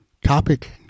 Topic